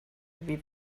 wie